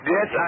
Yes